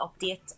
update